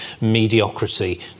mediocrity